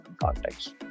context